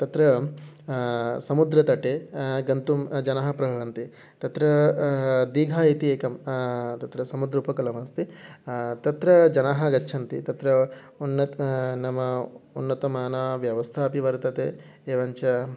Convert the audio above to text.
तत्र समुद्रतटे गन्तुं जनाः प्रवहन्ति तत्र दीघा इति एकं तत्र समुद्रस्य उपकलमस्ति तत्र जनः गच्छन्ति तत्र उन्नतं नाम उन्नतमा व्यवस्था अपि वर्तते एवञ्च